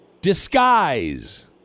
disguise